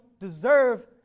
deserve